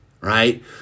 right